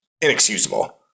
inexcusable